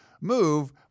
move